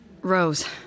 Rose